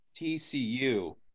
TCU